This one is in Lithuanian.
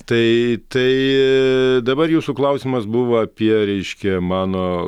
tai tai dabar jūsų klausimas buvo apie reiškia mano